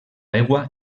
aigua